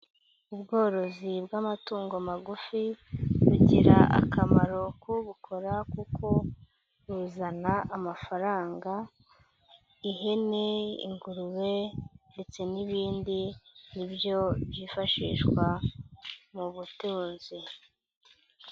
Ubworozi bw'amatungo magufi, bugira akamaro k'ubukora kuko buzana amafaranga, ihene, ingurube ndetse n'ibindi nibyo byifashishwa mu butunzi.